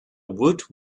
woot